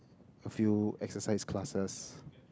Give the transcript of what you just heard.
a few exercise classes